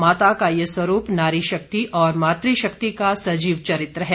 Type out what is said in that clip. माता का ये स्वरूप नारीशक्ति और मातृशक्ति का सजीव चरित्र है